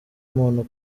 umuntu